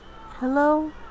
Hello